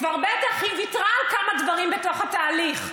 בטח היא כבר ויתרה על כמה דברים בתוך התהליך,